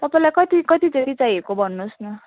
तपाईँलाई कति कति जति चाहिएको भन्नुहोस् न